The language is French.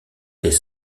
des